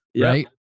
right